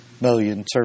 million